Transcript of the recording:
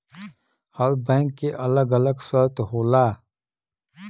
हर bank के अलग अलग शर्त होला